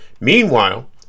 Meanwhile